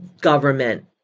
government